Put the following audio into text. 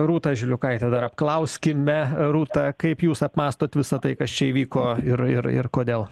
rūta žiliukaitė dar apklauskime rūta kaip jūs apmąstot visa tai kas čia įvyko ir ir ir kodėl